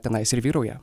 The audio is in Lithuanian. tenais ir vyrauja